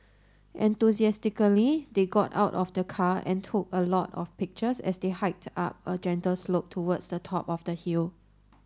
enthusiastically they got out of the car and took a lot of pictures as they hiked up a gentle slope towards the top of the hill